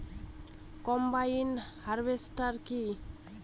Combine harvester কি?